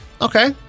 Okay